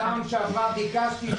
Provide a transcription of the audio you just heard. בפעם שעברה ביקשתי,